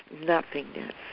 nothingness